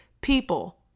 people